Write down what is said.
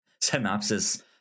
synopsis